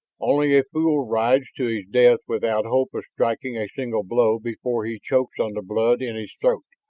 only a fool rides to his death without hope of striking a single blow before he chokes on the blood in his throat,